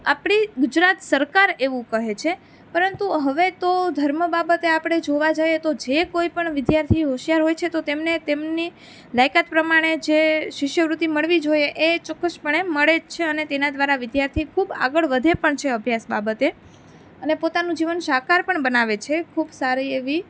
આપણી ગુજરાત સરકાર એવું કહે છે પરંતુ હવે તો ધર્મ બાબતે આપણે જોવા જાઈએ તો જે કોઈપણ વિદ્યાર્થી હોશિયાર છે તો તેમને તેમની લાયકાત પ્રમાણે જે શિષ્યવૃત્તિ મળવી જોએ એ ચોકકસ પણે મળે જ છે અને તેના દ્વારા વિદ્યાર્થી ખૂબ આગળ વધે પણ છે અભ્યાસ બાબતે અને પોતાનું જીવન સાકાર પણ બનાવે છે ખૂબ સારી એવી